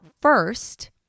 first